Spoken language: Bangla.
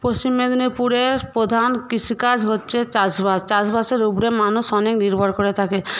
পশ্চিম মেদিনীপুরে প্রধান কৃষি কাজ হচ্ছে চাষবাস চাষবাসের উপরে মানুষ অনেক নির্ভর করে থাকে